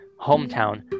hometown